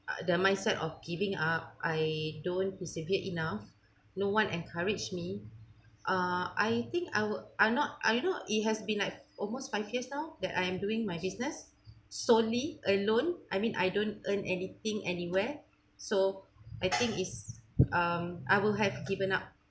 the mindset of giving up I don't persevere enough no one encouraged me uh I think I will I not I know it has been like almost five years now that I am doing my business solely alone I mean I don't earn anything anywhere so I think is um I will have given up